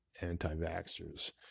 anti-vaxxers